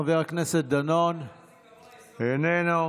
חבר הכנסת דנון, איננו.